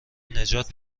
نجات